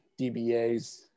DBAs